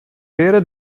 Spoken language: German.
wäre